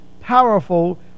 powerful